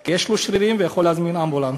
כי יש לו שרירים והוא יכול להזמין אמבולנס.